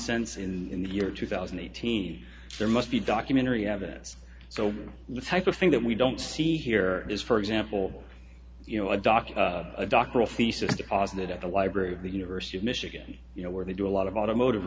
sense in the year two thousand and eighteen there must be documentary evidence so the type of thing that we don't see here is for example you know a doctor a doctoral thesis deposited at the library of the university of michigan you know where they do a lot of automotive